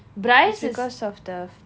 it's because of the mother